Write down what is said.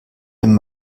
den